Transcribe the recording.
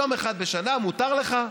יום אחד בשנה מותר לך,